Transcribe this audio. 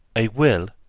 a will,